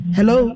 Hello